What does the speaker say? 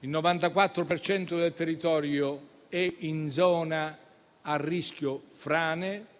Il 94 per cento del territorio è in zona a rischio frane,